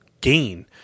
gain